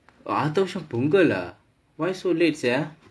அடுத்த வருஷம் Pongal varusham pongal lah why so late sia